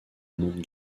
monde